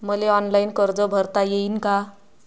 मले ऑनलाईन कर्ज भरता येईन का?